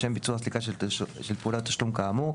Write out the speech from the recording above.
לשם ביצוע סליקה של פעולות תשלום כאמור,